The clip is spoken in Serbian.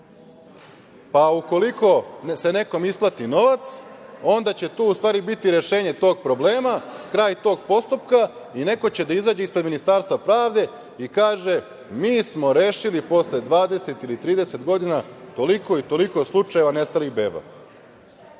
Pa, ukoliko se nekom isplati novac, onda će tu u stvari biti rešenje tog problema, kraj tog postupka i neko će da izađe ispred Ministarstva pravde i kaže – mi smo rešili posle 20 ili 30 godina toliko i toliko slučajeva nestalih beba.